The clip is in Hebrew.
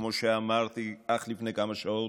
וכמו שאמרתי אך לפני כמה שעות,